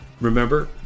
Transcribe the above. Remember